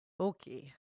Okay